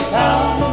town